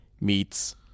meets